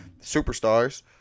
superstars